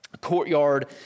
courtyard